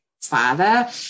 father